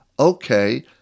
okay